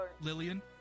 Lillian